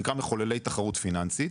שנקרא "מחוללי תחרות פיננסית",